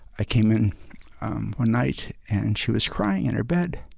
came in one night and she was crying in her bed.